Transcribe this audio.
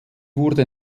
wurde